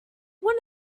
want